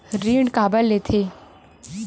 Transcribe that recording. ऋण काबर लेथे?